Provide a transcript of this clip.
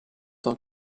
tant